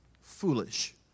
Foolish